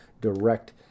direct